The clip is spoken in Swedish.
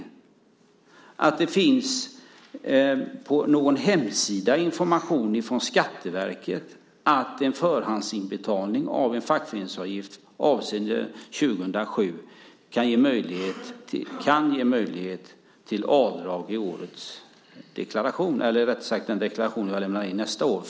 Ni talar om att det på någon hemsida finns information från Skatteverket om att förhandsinbetalning av en fackföreningsavgift avseende 2007 kan ge möjlighet till avdrag i den deklaration som lämnas in nästa år.